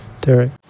Derek